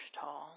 tall